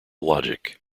logic